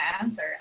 answer